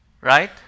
Right